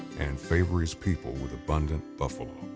and favor his people with abundant buffalo.